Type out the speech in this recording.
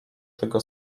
tego